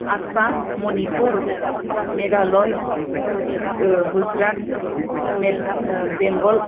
Assam Manipur Meghalaya Gujarat Bengal